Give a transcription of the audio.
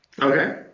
Okay